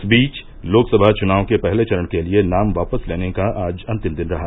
इस बीच लोकसभा चुनाव के पहले चरण के लिए नाम वापस लेने का आज अंतिम दिन रहा